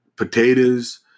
potatoes